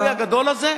השינוי הגדול הזה,